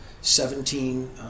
Seventeen